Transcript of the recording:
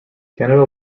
canada